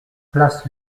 place